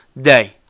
day